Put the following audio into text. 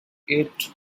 eight